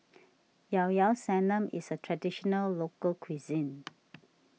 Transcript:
Ilao Ilao Sanum is a Traditional Local Cuisine